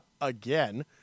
again